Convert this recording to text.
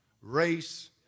race